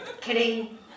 Kidding